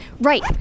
right